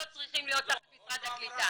לא צריכים להיות תחת משרד הקליטה.